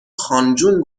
خانجون